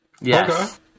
Yes